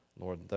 Lord